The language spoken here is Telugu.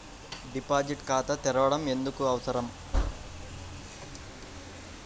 డిపాజిట్ ఖాతా తెరవడం ఎందుకు అవసరం?